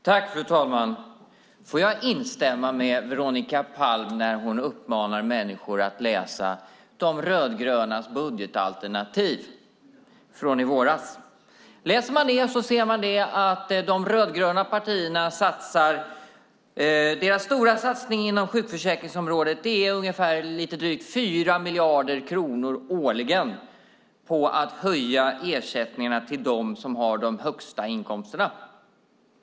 Fru talman! Låt mig instämma när Veronica Palm uppmanar människor att läsa De rödgrönas budgetalternativ från i våras. Om man läser det ser man att de rödgröna partiernas stora satsning på sjukförsäkringsområdet är lite drygt 4 miljarder kronor årligen för att höja ersättningarna till dem som har de högsta inkomsterna.